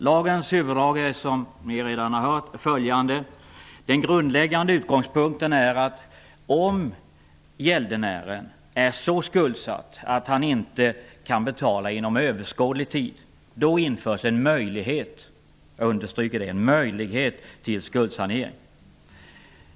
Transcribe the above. Lagens huvuddrag är, som vi redan har hört: Den grundläggande utgångspunkten är att om gäldenären är så skuldsatt att han inte kan betala inom överskådlig tid införs en möjlighet till skuldsanering.